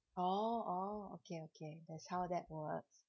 oh oh okay okay that's how that works